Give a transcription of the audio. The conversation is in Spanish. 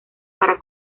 para